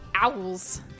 owls